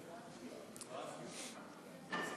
נחמן שי,